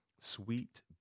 Sweet